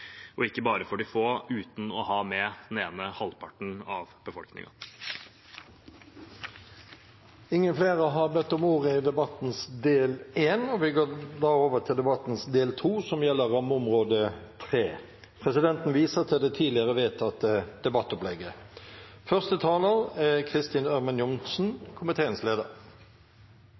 mange, ikke bare for de få, uten å ha med den ene halvparten av befolkningen. Flere har ikke bedt om ordet til sak nr. 1 del 1. Vi går da videre til debatt om del 2, som gjelder rammeområde 3. Presidenten viser til det tidligere vedtatte debattopplegget.